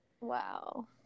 Wow